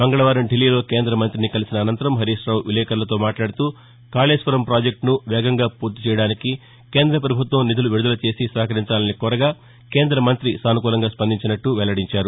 మంగళవారం దిల్లీలో కేంద మంత్రిని కలిసిన అనంతరం హరీశ్రావు విలేకరులతో మట్లాదుతూ కాశేశ్వరం పాజెక్టును వేగంగా పూర్తి చేయడానికి కేంద్ర పభుత్వం నిధులు విదుదల చేసి సహకరించాలని కోరగా కేంద్రమంతి సానుకూలంగా స్పందించినట్లు వెల్లడించారు